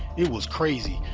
it was crazy.